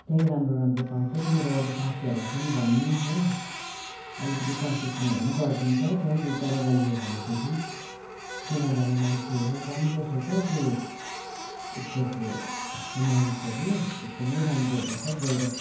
त्यहीँ राम्रो राम्रो पाउँछ तिम्रो अरू साथीहरूलाई पनि भन्नु हो अलिकति कन्सेसनहरू पनि गरिदिन्छ त्यहाँ दुई चारवटा लियो भनेदेखि चिनाजाना मान्छे हो राम्रो छ क्या त्यो स्टोरको मालिकहरू एकदमै राम्रोहरू छ गएर